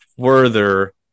further